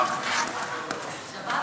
שמעת?